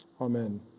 Amen